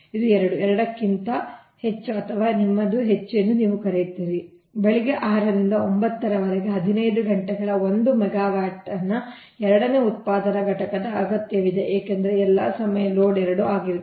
ಇದು 2 2 ಕ್ಕಿಂತ ಹೆಚ್ಚು ಅಥವಾ ಇದು ನಿಮ್ಮದು ಹೆಚ್ಚು ಎಂದು ನೀವು ಕರೆಯುತ್ತೀರಿ ಬೆಳಿಗ್ಗೆ 6 ರಿಂದ 9 ರವರೆಗೆ 15 ಗಂಟೆಗಳ 1 ಮೆಗಾವ್ಯಾಟ್ನ ಎರಡನೇ ಉತ್ಪಾದನಾ ಘಟಕದ ಅಗತ್ಯವಿದೆ ಏಕೆಂದರೆ ಎಲ್ಲಾ ಸಮಯ ಲೋಡ್ ಎರಡು ಆಗಿರುತ್ತದೆ